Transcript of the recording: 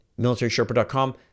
MilitarySherpa.com